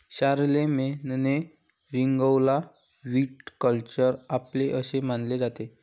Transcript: शारलेमेनने रिंगौला व्हिटिकल्चर आणले असे मानले जाते